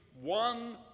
one